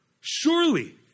Surely